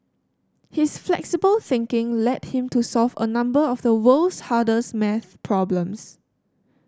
his flexible thinking led him to solve a number of the world's hardest maths problems